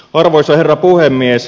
arvoisa herra puhemies